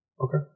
Okay